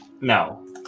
No